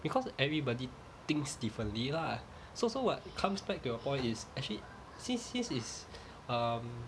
because everybody thinks differently lah so so what comes back to the point is actually since since it's um